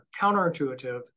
counterintuitive